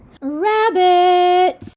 Rabbit